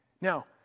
Now